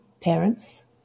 parents